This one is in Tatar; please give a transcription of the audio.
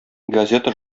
газета